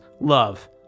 love